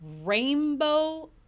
rainbow